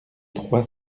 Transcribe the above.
trois